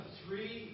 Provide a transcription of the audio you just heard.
three